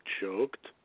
choked